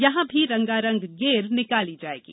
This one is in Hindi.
यहां भी रंगारंग गेर निकाली जायेगी